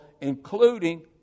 including